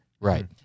Right